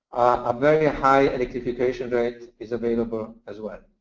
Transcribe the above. a very high electrification rate is available as well.